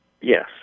Yes